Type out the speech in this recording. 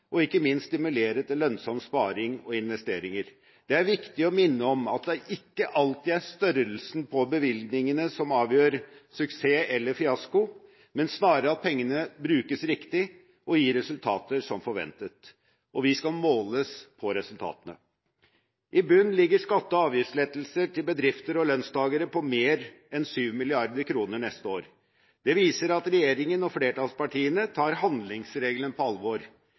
og ikke minst stimulere til lønnsom sparing og investeringer. Det er viktig å minne om at det ikke alltid er størrelsen på bevilgningene som avgjør suksess eller fiasko, men snarere at pengene brukes riktig og gir resultater som forventet. Og vi skal måles på resultatene. I bunnen ligger skatte- og avgiftslettelser til bedrifter og lønnstakere på mer enn 7 mrd. kr neste år. Det viser at regjeringen og flertallspartiene tar handlingsregelen på alvor